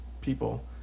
people